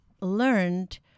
learned